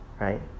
right